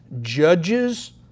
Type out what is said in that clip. judges